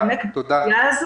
תודה.